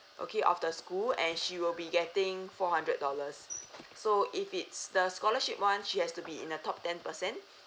okay of the school and she will be getting four hundred dollars so if it's the scholarship one she has to be in a top ten percent